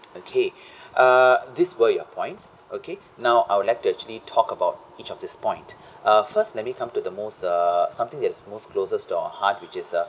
okay uh this were your points okay now I would like to actually talk about each of this point uh first let me come to the most uh something that's most closest to out heart which is a